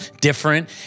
different